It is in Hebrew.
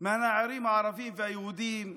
מהנערים הערבים והיהודים,